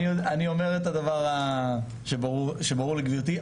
אני אומר את הדבר שברור לגבירתי,